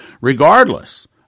Regardless